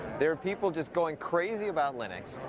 there are people just going crazy about linux.